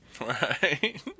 Right